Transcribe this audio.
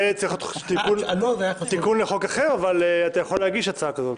זה צריך להיות תיקון לחוק אחר אבל אתה יכול להגיש הצעה כזאת.